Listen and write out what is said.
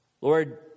Lord